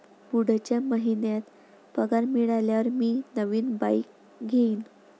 पुढच्या महिन्यात पगार मिळाल्यावर मी नवीन बाईक घेईन